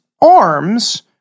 arms